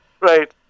Right